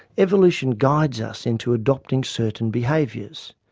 evolution guides us into adopting certain behaviours.